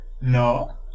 No